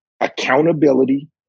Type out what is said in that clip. Accountability